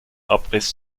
abriss